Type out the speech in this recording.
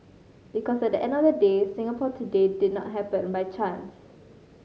because at the end of the day Singapore today did not happen by chance